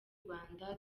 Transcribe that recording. rwanda